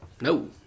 No